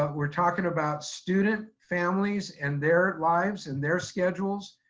ah we're talking about student, families and their lives and their schedules,